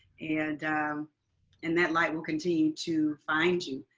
and in that light, we'll continue to find you,